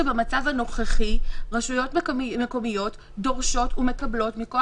שבמצב הנוכחי רשויות מקומיות דורשות ומקבלות תצהירים,